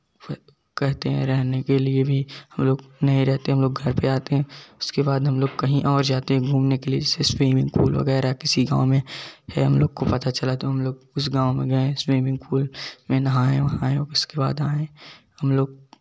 फिर कहते हैं रहने के लिए भी हम लोग नहीं रहते हा लोग घर पर आते हैं उसके बाद हम लोग कहीं और जाते घूमने के लिए जैसे स्विमिंग पूल वगैरह किसी गाँव में फिर हम लोग को पता चला तो हम लोग उस गाँव में गए स्विमिंग पूल में नहाए वहाए फिर उसके बाद आए हम लोग